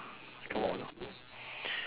come out water